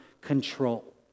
control